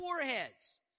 foreheads